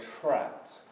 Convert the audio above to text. trapped